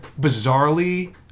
bizarrely